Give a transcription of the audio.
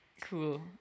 cool